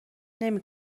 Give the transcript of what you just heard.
نمی